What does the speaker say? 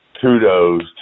kudos